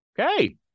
okay